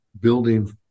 building